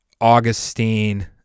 Augustine